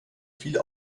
viele